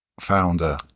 Founder